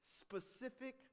specific